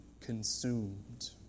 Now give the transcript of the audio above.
consumed